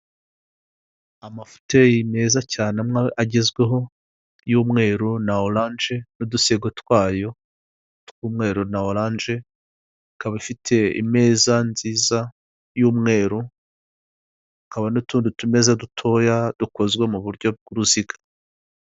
Amafuteri meza cyane amwe agezweho y'umweru na orange n'udusego twayo tw'umweru na orange, ikaba ifite imeza nziza y'umweru hakaba n'utundi tumeze dutoya dukozwe mu buryo bw'uruziga.